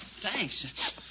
Thanks